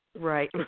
Right